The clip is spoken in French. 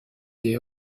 des